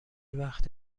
وقت